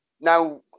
now